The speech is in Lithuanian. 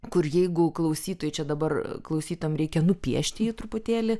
kur jeigu klausytojai čia dabar klausytojam reikia nupiešti jį truputėlį